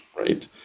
right